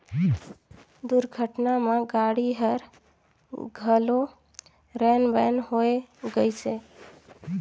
दुरघटना म गाड़ी हर घलो रेन बेर होए गइसे